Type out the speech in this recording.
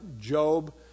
Job